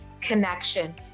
connection